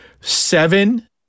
seven